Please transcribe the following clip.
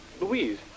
Louise